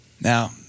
Now